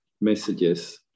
messages